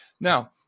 Now